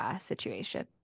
situation